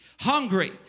Hungry